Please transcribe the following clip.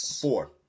Four